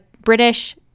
British